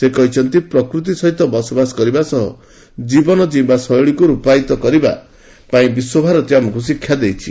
ସେ କହିଛନ୍ତି ପ୍ରକୃତି ସହିତ ବସବାସ କରିବା ସହ ଜୀବନ ଜିଇଁବା ଶୈଳୀକୃ ରୂପାୟିତ କରିବା ପାଇଁ ବିଶ୍ୱଭାରତୀ ଆମକୁ ଶିକ୍ଷା ଦେଇଛି